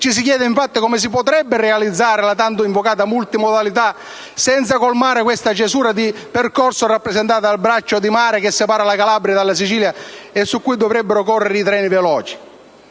Ci si chiede, infatti, come si potrebbe realizzare la tanto invocata multimodalità senza colmare questa cesura di percorso rappresentata dal braccio di mare che separa la Calabria dalla Sicilia e su cui dovrebbero correre i treni veloci;